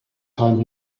time